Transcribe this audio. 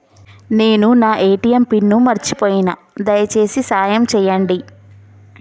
నేను నా ATM pin మర్చిపోయిన, దయచేసి సాయం చేయండి